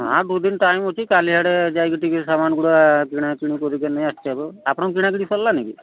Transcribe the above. ହଁ ବହୁତ ଦିନି ଟାଇମ୍ ଅଛି କାଲି ଆଡ଼କୁ ସାମାନ୍ ଗୁଡ଼ା କିଣାକିଣି କରିକି ନେଇଆସିବୁ ଆପଣଙ୍କ କିଣାକିଣି ସରିଲାଣି କି